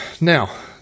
Now